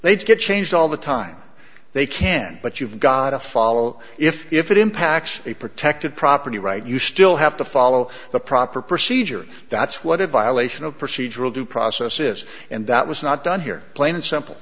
they get changed all the time they can but you've got to follow if it impacts a protected property right you still have to follow the proper procedure that's what a violation of procedural due process is and that was not done here plain and simple